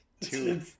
Two